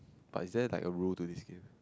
but is there like a rule to this game